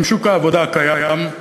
עם שוק העבודה הקיים,